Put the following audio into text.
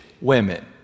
women